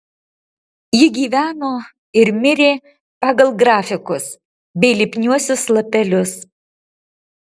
ji gyveno ir mirė pagal grafikus bei lipniuosius lapelius